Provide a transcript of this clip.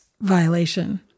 violation